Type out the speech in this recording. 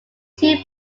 two